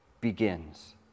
begins